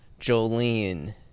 Jolene